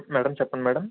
madam చెప్పండి madam